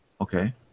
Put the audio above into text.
Okay